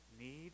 need